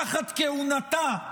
תחת כהונתה,